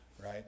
right